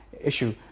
issue